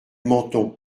menton